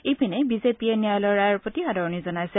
ইপিনে বিজেপিয়ে ন্যায়ালয়ৰ ৰায়ৰ প্ৰতি আদৰণি জনাইছে